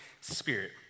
Spirit